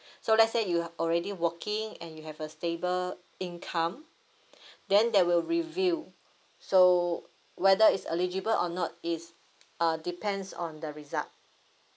so let's say you already working and you have a stable income then they will review so whether it's eligible or not is uh depends on the result